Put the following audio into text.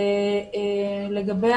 חשוב לי להדגיש שני דברים לגבי